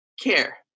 care